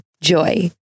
Joy